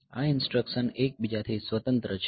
આ ઇન્સટ્રકશન એકબીજાથી સ્વતંત્ર છે